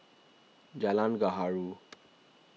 Jalan Gaharu